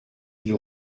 ils